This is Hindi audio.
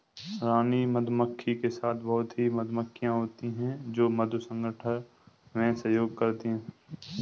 रानी मधुमक्खी के साथ बहुत ही मधुमक्खियां होती हैं जो मधु संग्रहण में सहयोग करती हैं